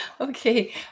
Okay